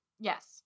Yes